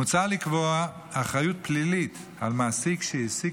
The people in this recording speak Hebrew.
מוצע לקבוע אחריות פלילית על מעסיק שהעסיק